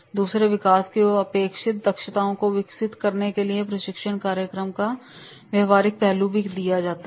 दूसरा विकास के लिए अपेक्षित दक्षताओं को विकसित करने के लिए प्रशिक्षण कार्यक्रम का व्यवहारिक पहलू भी आता है